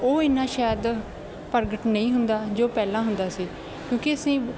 ਉਹ ਇੰਨਾ ਸ਼ਾਇਦ ਪ੍ਰਗਟ ਨਹੀਂ ਹੁੰਦਾ ਜੋ ਪਹਿਲਾਂ ਹੁੰਦਾ ਸੀ ਕਿਉਂਕਿ ਅਸੀਂ